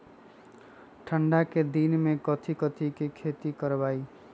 ठंडा के दिन में कथी कथी की खेती करवाई?